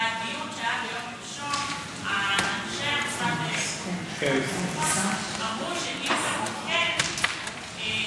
בדיון שהיה ביום ראשון אנשי המשרד להגנת הסביבה אמרו שאם תרוקן חומר,